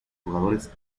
jugadores